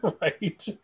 Right